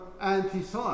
anti-science